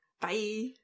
bye